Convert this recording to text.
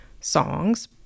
songs